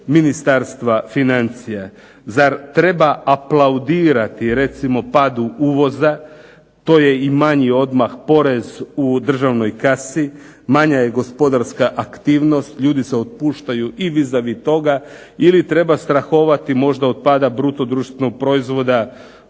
Ministarstva financija. Zar treba aplaudirati recimo padu uvoza, to je i manji odmah porez u državnoj kasi, manja je gospodarska aktivnost, ljudi se otpuštaju i vis a vis toga ili treba strahovati možda od pada bruto društvenog proizvoda